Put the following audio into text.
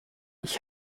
ich